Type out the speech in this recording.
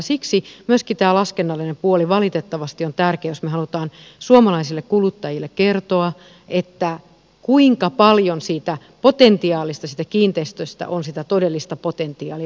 siksi myöskin tämä laskennallinen puoli valitettavasti on tärkeä jos me haluamme suomalaisille kuluttajille kertoa kuinka paljon siitä potentiaalista siitä kiinteistöstä on sitä todellista potentiaalia